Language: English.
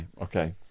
okay